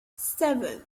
seven